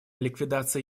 ликвидация